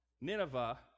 Nineveh